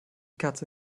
katze